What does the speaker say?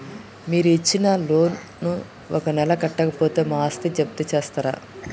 మీరు ఇచ్చిన లోన్ ను ఒక నెల కట్టకపోతే మా ఆస్తిని జప్తు చేస్తరా?